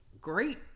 great